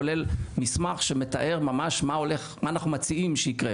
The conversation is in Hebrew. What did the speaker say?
כולל מסמך שמתאר ממש מה שאנחנו מציעים שיקרה,